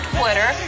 Twitter